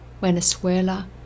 Venezuela